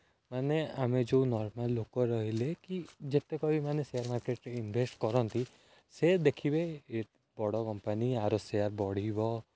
ମାନେ ଆମେ ଯେଉଁ ନର୍ମାଲ୍ ଲୋକ ରହିଲେ କି ଯେତେକ ବି ମାନେ ସେୟାର୍ ମାର୍କେଟ୍ରେ ଇନ୍ଭେଷ୍ଟ୍ କରନ୍ତି ସେ ଦେଖିବେ ବଡ଼ କମ୍ପାନୀ ଏହାର ସେୟାର୍ ବଢ଼ିବ